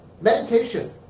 meditation